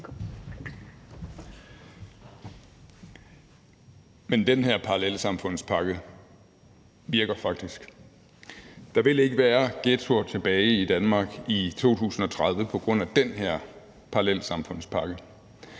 Men den her parallelsamfundspakke virker faktisk. Der vil ikke være ghettoer tilbage i Danmark i 2030 på grund af den her parallelsamfundspakke.